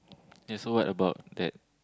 yes so what about that